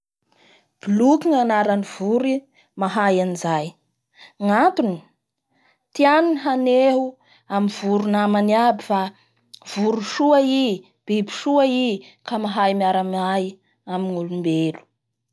Bloky ny anaran'ny voro mahay anizay. Gnatony? Tiany ny haneho amin'ny voro namany aby fa voro soa i biby soa i, ka mahay miara miay amin'ny olombelo.